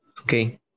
Okay